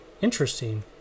Interesting